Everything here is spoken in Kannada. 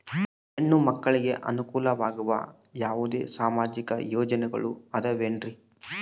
ಹೆಣ್ಣು ಮಕ್ಕಳಿಗೆ ಅನುಕೂಲವಾಗುವ ಯಾವುದೇ ಸಾಮಾಜಿಕ ಯೋಜನೆಗಳು ಅದವೇನ್ರಿ?